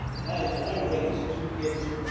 and i and i raised two kids,